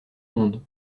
monde